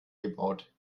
gebaut